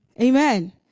Amen